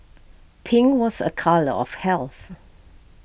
pink was A colour of health